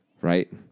right